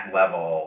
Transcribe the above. level